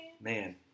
Man